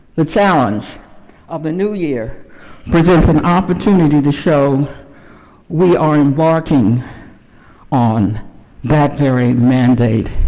the challenge of the new year presents an opportunity to show we are embarking on that very mandate.